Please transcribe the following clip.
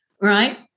right